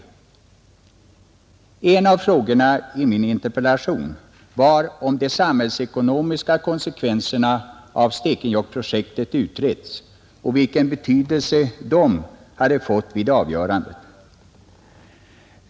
En av frågorna i min interpellation var om de samhällsekonomiska konsekvenserna av Stekenjokkprojektet utretts och vilken betydelse de hade fått vid avgörandet.